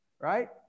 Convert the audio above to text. right